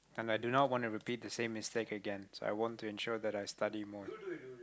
and i do not want to repeat the same mistake again so I want to ensure that I study more